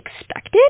expected